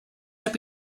had